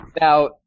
Now